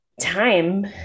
time